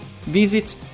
Visit